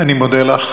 אני מודה לך.